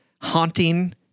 haunting